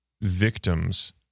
victims